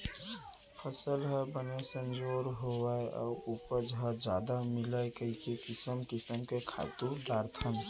फसल ह बने संजोर होवय अउ उपज ह जादा मिलय कइके किसम किसम के खातू डारथन